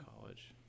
college